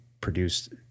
produced